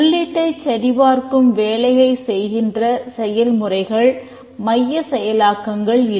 உள்ளீட்டைச் சரி பார்க்கும் வேலையைச் செய்கின்ற செயல் முறைகள் மைய செயலாக்கங்கள் இல்லை